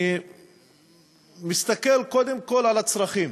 אני מסתכל קודם כול על הצרכים,